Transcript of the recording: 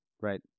right